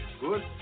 good